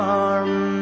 arm